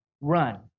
run